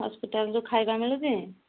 ହସ୍ପିଟାଲରୁ ଖାଇବା ମିଳୁଛି